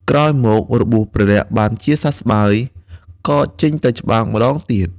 ក្រោយមមក របួសព្រះលក្សណ៍បានជាសះស្បើយ ក៏ចេញទៅច្បាំងម្តងទៀត។